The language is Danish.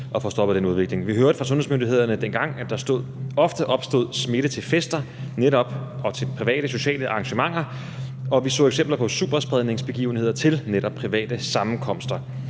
Vi hørte fra sundhedsmyndighederne dengang, at der ofte opstod smitte ved netop fester og ved private sociale arrangementer, og vi så eksempler på superspredningsbegivenheder ved netop private sammenkomster.